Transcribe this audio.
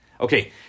Okay